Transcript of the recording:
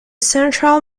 central